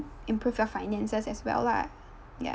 improve your finances as well lah ya